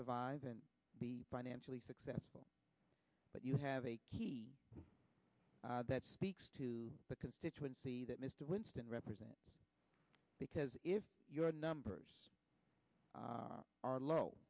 survive and be financially successful but you have a key that speaks to the constituency that mr winston represent because if your numbers are low